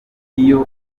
iyo